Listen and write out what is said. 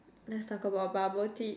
let's talk about bubble tea